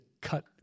cut